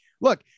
look